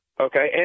okay